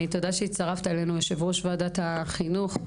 תודה שהצטרפת אלינו יושב-ראש ועדת החינוך,